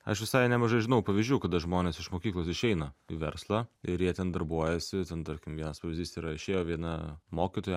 aš visai nemažai žinau pavyzdžių kada žmonės iš mokyklos išeina į verslą ir jie ten darbuojasi ten tarkim vienas pavyzdys yra išėjo viena mokytoja